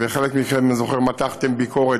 וחלק מכם, אני זוכר, מתחתם ביקורת.